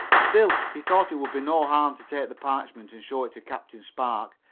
still he thought it would be no harm to take the parchment and show it to captain spark.